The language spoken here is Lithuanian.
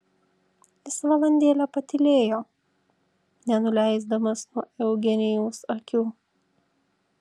jis valandėlę patylėjo nenuleisdamas nuo eugenijaus akių